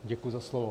Děkuji za slovo.